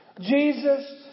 Jesus